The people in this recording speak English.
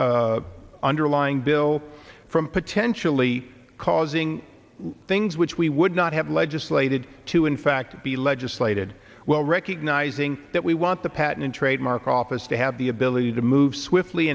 underlying bill from potentially causing things which we would not have legislated to in fact be legislated well recognizing that we want the patent and trademark office to have the ability to move swiftly